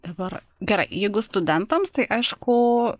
dabar gerai jeigu studentams tai aišku